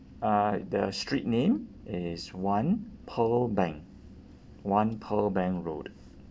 uh the street name is one pearl bank one pearl bank road